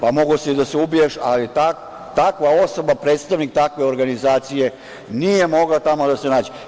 Pa, mogao si da se ubiješ, ali takva osoba, predstavnik takve organizacije nije mogla tamo da se nađe.